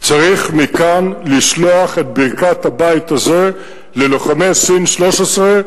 צריך מכאן לשלוח את ברכת הבית הזה ללוחמי שייטת 13,